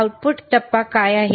output टप्पा काय आहे